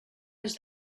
des